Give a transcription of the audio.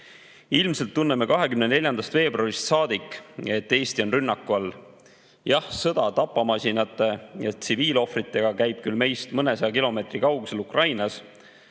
Ilmselt tunneme 24. veebruarist saadik, et Eesti on rünnaku all. Jah, sõda tapamasinate ja tsiviilohvritega käib küll meist mõnesaja kilomeetri kaugusel Ukrainas,